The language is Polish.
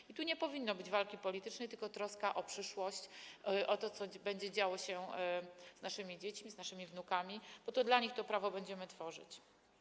I tu nie powinno być walki politycznej, tylko troska o przyszłość, o to, co będzie działo się z naszymi dziećmi, z naszymi wnukami, bo to dla nich to prawo będziemy tworzyć.